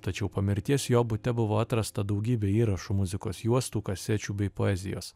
tačiau po mirties jo bute buvo atrasta daugybė įrašų muzikos juostų kasečių bei poezijos